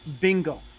Bingo